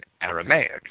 Aramaic